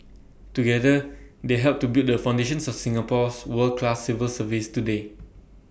together they helped to build the foundations of Singapore's world class civil service today